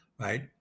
right